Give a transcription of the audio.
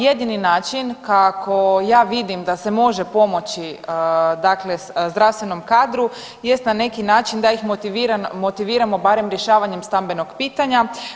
Jedini način kako ja vidim da se može pomoći, dakle zdravstvenom kadru jest na neki način da ih motiviramo barem rješavanjem stambenog pitanja.